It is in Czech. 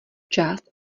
část